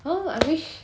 uh I wish